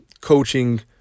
coaching